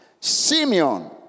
Simeon